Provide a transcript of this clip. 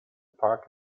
park